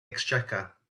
exchequer